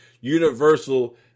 Universal